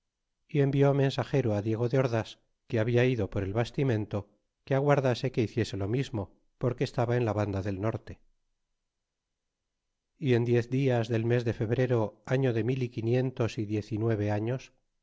y envió mensagero diego de ordás que habia ido por el bastimento que aguardase que hiciese lo mismo porque estaba en la banda del norte y en diez dias del mes de if e br e r o año de mil y quinientos y diez y nueve años